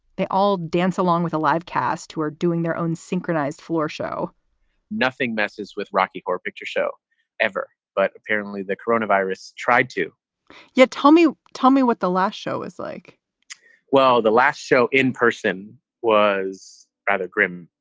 they all dance along with a live cast who are doing their own synchronized floor show nothing messes with rocky horror picture show ever but apparently the corona virus tried to yeah tell me tell me what the last show is like well, the last show in person was rather grim.